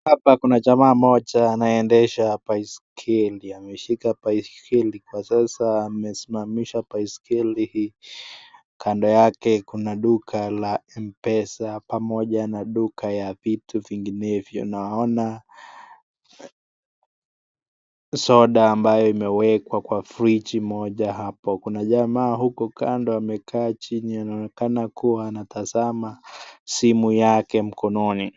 Hapa kuna jamaa mmoja anayeendesha baiskeli, ameshika baiskeli kwa sasa amesimamisha baiskeli hii, kando yake kuna duka la M-pesa pamoja na duka ya vitu vinginevyo naona, soda ambayo imewekwa kwa friji moja hapo, kuna jamaa huko kando amekaa chini anaonekana kuwa anatazama simu yake mkononi.